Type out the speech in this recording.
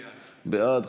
בעד,